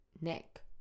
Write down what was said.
Neck